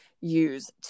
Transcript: use